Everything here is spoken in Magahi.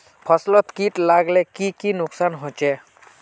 फसलोत किट लगाले की की नुकसान होचए?